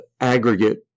aggregate